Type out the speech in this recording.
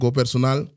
personal